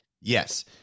Yes